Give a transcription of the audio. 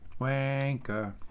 Wanker